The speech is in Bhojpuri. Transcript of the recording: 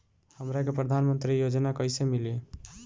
हमरा के प्रधानमंत्री योजना कईसे मिली?